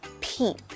peep